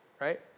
right